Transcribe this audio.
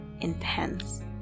intense